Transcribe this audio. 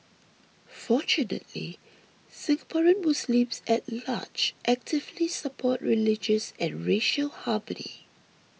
fortunately Singaporean Muslims at large actively support religious and racial harmony